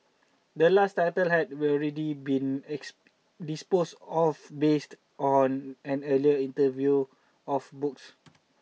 the last title had already been disposed off based on an earlier interview of books